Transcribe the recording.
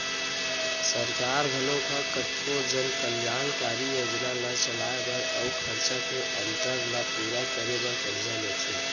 सरकार घलोक ह कतको जन कल्यानकारी योजना ल चलाए बर अउ खरचा के अंतर ल पूरा करे बर करजा लेथे